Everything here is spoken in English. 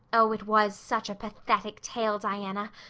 oh, it was such a pathetic tale, diana.